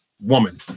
woman